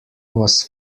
was